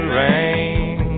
rain